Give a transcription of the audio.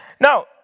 Now